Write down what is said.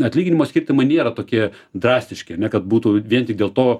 atlyginimo skirtumai nėra tokie drastiški kad būtų vien tik dėl to